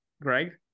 Greg